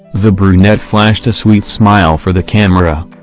the brunette flashed a sweet smile for the camera.